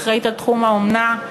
האחראית לתחום האומנה,